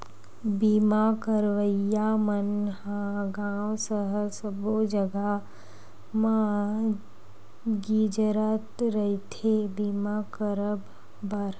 बीमा करइया मन ह गाँव सहर सब्बो जगा म गिंजरत रहिथे बीमा करब बर